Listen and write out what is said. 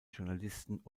journalisten